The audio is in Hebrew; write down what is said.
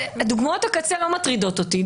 דוגמאות הקצה לא מטרידות אותי.